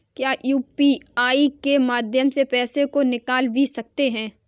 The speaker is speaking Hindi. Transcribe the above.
क्या यू.पी.आई के माध्यम से पैसे को निकाल भी सकते हैं?